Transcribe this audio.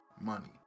money